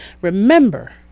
remember